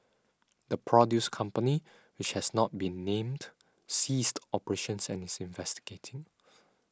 the produce company which has not been named ceased operations and is investigating